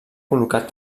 col·locat